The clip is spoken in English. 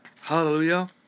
Hallelujah